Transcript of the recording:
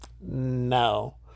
No